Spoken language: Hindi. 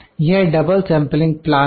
यह डबल सेंपलिंग प्लान है